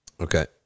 okay